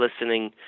listening